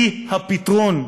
היא הפתרון.